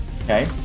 Okay